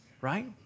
right